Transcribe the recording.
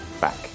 Back